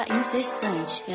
incessante